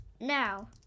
now